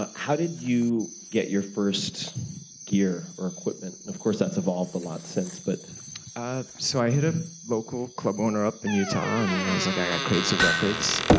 ah how did you get your first gear or equipment and of course that's evolved a lot since but ah so i hit a local club owner up in utah and i was like i create some records.